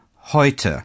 heute